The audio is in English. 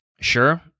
sure